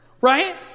Right